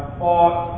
fought